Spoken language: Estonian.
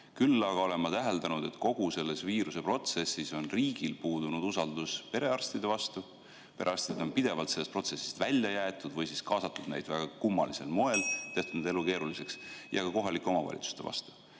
Küll aga olen ma täheldanud, et kogu selles viiruseprotsessis on riigil puudunud usaldus perearstide vastu – perearstid on pidevalt sellest protsessist välja jäetud või on kaasatud neid väga kummalisel moel, tehtud nende elu keeruliseks – ja ka kohalike omavalitsuste vastu.